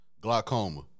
Glaucoma